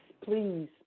please